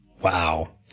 Wow